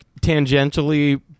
tangentially